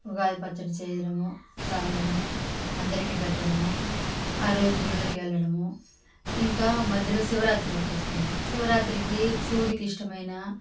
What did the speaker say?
ఉగాది పచ్చడి చేయడము తాగడము అందరికి పెట్టడము ఆరోజు గుళ్ళకి వెళ్ళడము ఇంకా మధ్యలో శివరాత్రి ఒకటి వస్తుంది శివరాత్రికి శివుడికి ఇష్టమైన